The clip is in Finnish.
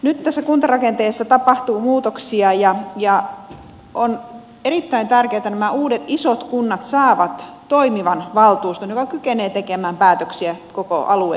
nyt tässä kuntarakenteessa tapahtuu muutoksia ja on erittäin tärkeätä että nämä uudet isot kunnat saavat toimivan valtuuston joka kykenee tekemään päätöksiä koko alueen hyväksi